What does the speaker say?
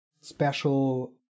special